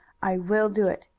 i will do it.